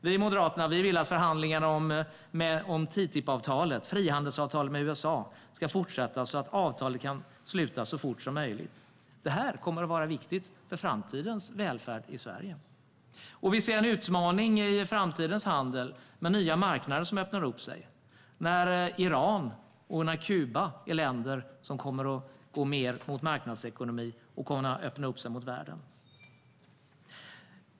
Vi moderater vill att förhandlingarna om TTIP-avtalet, frihandelsavtalet med USA, ska fortsätta, så att avtalet kan slutas så fort som möjligt. Det kommer att vara viktigt för framtidens välfärd i Sverige. Vi ser en utmaning i framtidens handel med nya marknader som öppnar upp sig. Iran och Kuba är länder som kommer att gå mer mot marknadsekonomi och öppna upp sig mot världen.